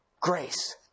grace